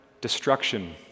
destruction